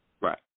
right